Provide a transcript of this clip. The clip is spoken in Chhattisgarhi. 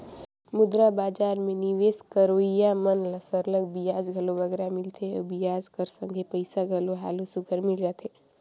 मुद्रा बजार में निवेस करोइया मन ल सरलग बियाज घलो बगरा मिलथे अउ बियाज कर संघे पइसा घलो हालु सुग्घर मिल जाथे